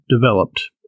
developed